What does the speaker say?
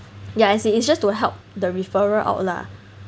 ya I say it's just to help the referrer out lah